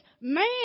man